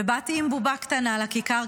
ובאתי עם בובה קטנה לכיכר,